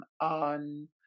on